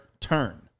turn